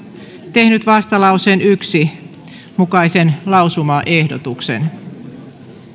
tehnyt vastalauseen yhden mukaisen lausumaehdotuksen